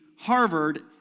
Harvard